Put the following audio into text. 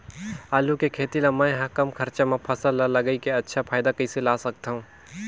आलू के खेती ला मै ह कम खरचा मा फसल ला लगई के अच्छा फायदा कइसे ला सकथव?